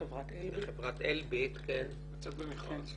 לחברת "אלביט" לצאת במכרז.